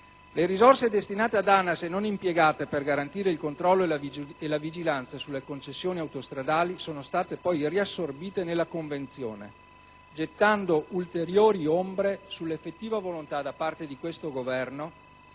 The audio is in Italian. Le risorse destinate ad ANAS e non impiegate per garantire il controllo e la vigilanza sulle concessioni autostradali sono state poi riassorbite nella convenzione, gettando ulteriori ombre sull'effettiva volontà da parte di questo Governo